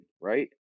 right